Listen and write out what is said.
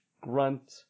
Grunt